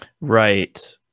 right